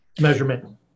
measurement